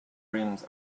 rims